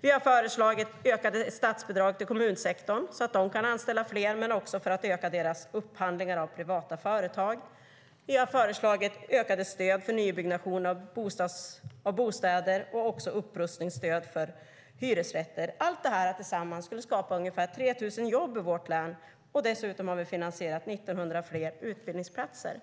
Vi har föreslagit ökade statsbidrag till kommunsektorn så att de kan anställa fler men också för att öka deras upphandlingar av privata företag. Vi har föreslagit ökade stöd till nybyggnation av bostäder och också upprustningsstöd för hyresrätter. Allt det här tillsammans skulle skapa ungefär 3 000 jobb i vårt län. Dessutom har vi finansierat 1 900 fler utbildningsplatser.